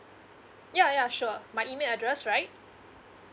yeah yeah sure my email address right